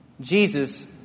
Jesus